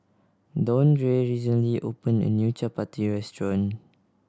Dondre recently opened a new Chapati restaurant